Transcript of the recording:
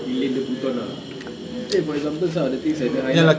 eileen the burton ah eh for example ah the things yang dia highlight